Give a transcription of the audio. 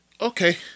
okay